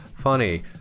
funny